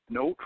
no